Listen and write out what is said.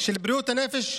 של בריאות הנפש,